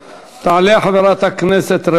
תודה לחבר הכנסת דני עטר.